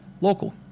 Local